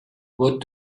what